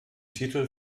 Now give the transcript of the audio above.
titel